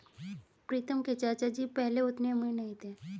प्रीतम के चाचा जी पहले उतने अमीर नहीं थे